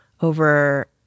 over